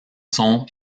sont